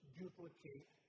duplicate